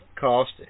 cost